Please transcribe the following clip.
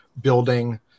building